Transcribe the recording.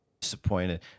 Disappointed